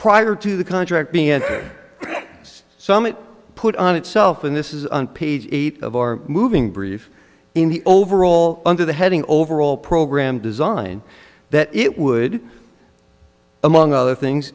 prior to the contract being and there was some it put on itself and this is on page eight of our moving brief in the overall under the heading overall program design that it would among other things